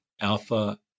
alpha